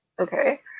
okay